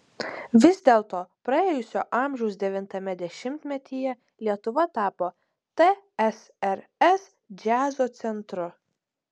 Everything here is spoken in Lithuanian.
vis dėlto praėjusio amžiaus devintame dešimtmetyje lietuva tapo tsrs džiazo centru